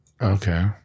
Okay